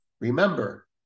Remember